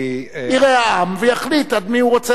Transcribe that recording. יראה ויחליט בעד מי הוא רוצה להצביע,